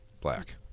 black